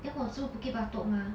我住 bukit batok mah